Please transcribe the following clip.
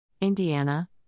Indiana